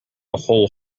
whole